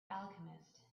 alchemist